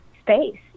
space